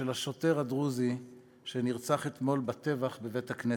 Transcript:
של השוטר הדרוזי שנרצח אתמול בטבח בבית-הכנסת.